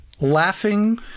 laughing